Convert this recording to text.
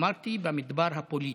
אמרתי: במדבר הפוליטי.